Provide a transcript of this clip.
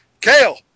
Kale